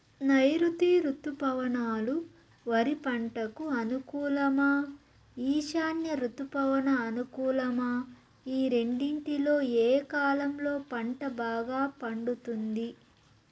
నైరుతి రుతుపవనాలు వరి పంటకు అనుకూలమా ఈశాన్య రుతుపవన అనుకూలమా ఈ రెండింటిలో ఏ కాలంలో పంట బాగా పండుతుంది?